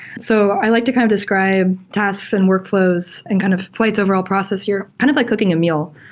so i like to kind of describe tasks and workfl ows in and kind of flyte's overall process here kind of like cooking a meal.